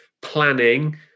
planning